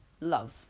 Love